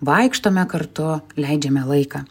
vaikštome kartu leidžiame laiką